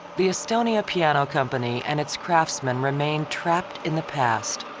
the estonia piano company and its craftsmen remained trapped in the past.